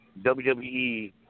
WWE